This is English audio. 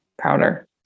Powder